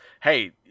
hey